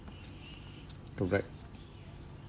correct